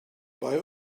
bei